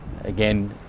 again